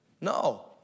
No